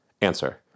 Answer